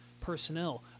personnel